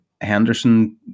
Henderson